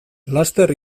laster